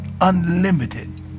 unlimited